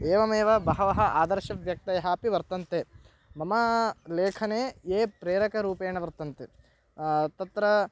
एवमेव बहवः आदर्शव्यक्तयः अपि वर्तन्ते मम लेखने ये प्रेरकरूपेण वर्तन्ते तत्र